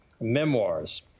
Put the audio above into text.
memoirs